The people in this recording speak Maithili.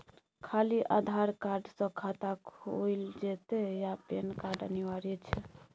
खाली आधार कार्ड स खाता खुईल जेतै या पेन कार्ड अनिवार्य छै?